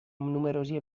numerosi